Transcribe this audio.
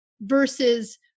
versus